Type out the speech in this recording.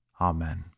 Amen